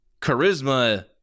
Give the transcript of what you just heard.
charisma